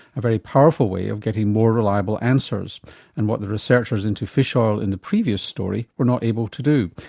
a very powerful way of getting more reliable answers and what the researchers into fish ah oil in the previous story were not able to do.